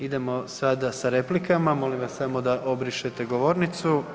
Idemo sada sa replikama, molim vas samo da obrišete govornicu.